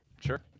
Sure